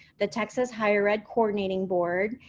the texas higher ed. coordinating board,